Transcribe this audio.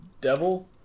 devil